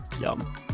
Yum